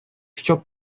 щоб